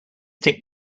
tick